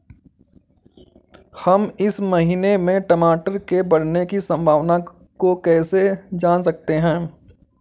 हम इस महीने में टमाटर के बढ़ने की संभावना को कैसे जान सकते हैं?